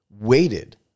waited